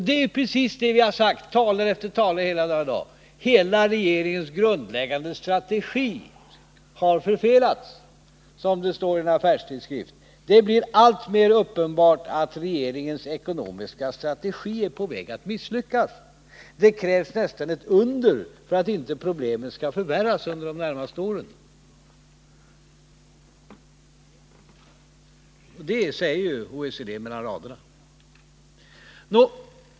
Det är precis det vi har sagt — talare efter talare hela dagen i dag: Regeringens hela grundläggande strategi har förfelats, som det står i en affärstidskrift. Det är alltmer uppenbart att regeringens ekonomiska strategi är på väg att misslyckas. Det krävs nästan ett under för att problemen inte skall förvärras under de närmaste åren. Det säger ju OECD mellan raderna.